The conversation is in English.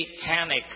satanic